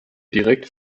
direkt